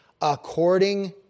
according